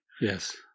Yes